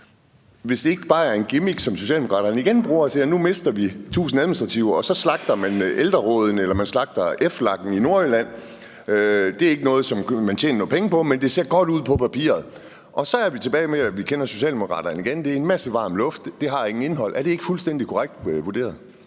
ikke det bare er endnu en gimmick fra Socialdemokraterne, hvor man siger, at man vil have tusind færre administrative medarbejdere, og så slagter man ældrerådene eller FLAG-ordningen i Nordjylland. Det er ikke noget, man tjener nogen penge på, men det ser godt ud på papiret. Og så kender vi Socialdemokraterne igen: Det er en masse varm luft, og der er intet indhold. Er det ikke fuldstændig korrekt vurderet?